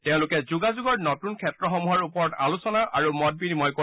তেওঁলোকে যোগাযোগৰ নতুন ক্ষেত্ৰসমূহৰ ওপৰত আলোচনা আৰু মত বিনিময় কৰিব